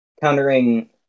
countering